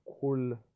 cool